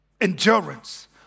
Endurance